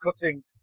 cutting